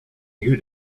you